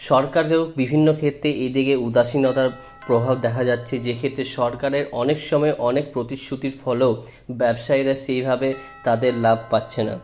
সরকারেরও বিভিন্ন ক্ষেত্রে এদেরকে উদাসীনতার প্রভাব দেখা যাচ্ছে যেক্ষেত্রে সরকারে অনেক সময় অনেক প্রতিশ্রুতির ফলেও ব্যবসায়ীরা সেই ভাবে তাদের লাভ পাচ্ছে না